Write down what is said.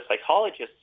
psychologists